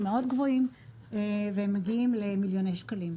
מאוד גבוהים והם מגיעים למיליוני שקלים.